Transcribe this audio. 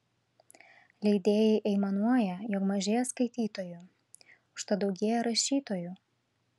leidėjai aimanuoja jog mažėja skaitytojų užtat daugėja rašytojų